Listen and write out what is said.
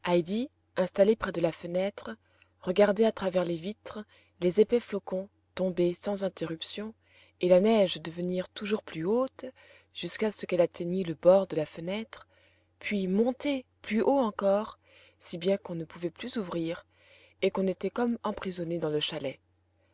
installée près de la fenêtre regardait à travers les vitres les épais flocons tomber sans interruption et la neige devenir toujours plus haute jusqu'à ce qu'elle atteignît le bord de la fenêtre puis monter plus haut encore si bien qu'on ne pouvait plus ouvrir et qu'on était comme emprisonné dans le chalet